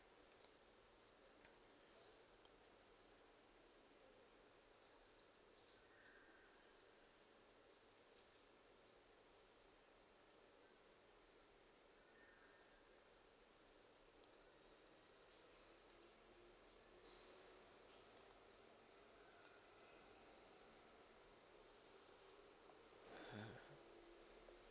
!huh!